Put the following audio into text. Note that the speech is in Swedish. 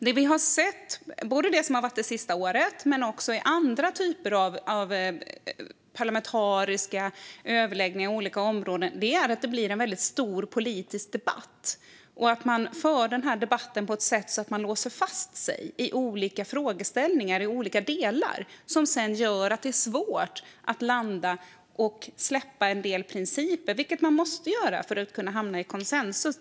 Det vi har sett under det sista året, också i andra typer av parlamentariska överläggningar på olika områden, är att det blir en väldigt stor politisk debatt som förs på ett sätt där man låser fast sig i olika frågeställningar och olika delar, vilket gör det svårt att landa och släppa en del principer, vilket man måste göra för att kunna hamna i konsensus.